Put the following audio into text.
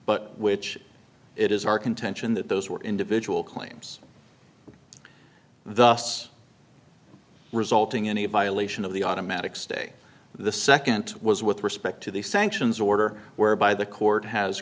but which it is our contention that those were individual claims thus resulting in a violation of the automatic stay the second was with respect to the sanctions order whereby the court has